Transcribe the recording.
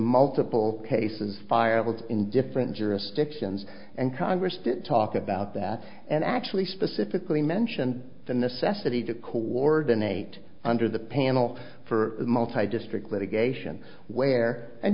multiple cases fireworks in different jurisdictions and congress did talk about that and actually specifically mention the necessity to coordinate under the panel for multi district litigation where and